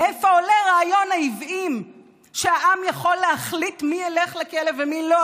מאיפה עולה רעיון העוועים שהעם יכול להחליט מי ילך לכלא ומי לא?